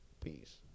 Peace